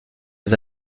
des